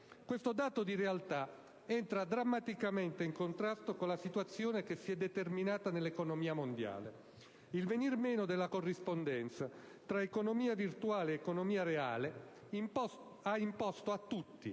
Questo dato di realtà entra drammaticamente in contrasto con la situazione che si è determinata nell'economia mondiale. Il venir meno della corrispondenza tra economia virtuale ed economia reale ha imposto a tutti